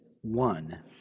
one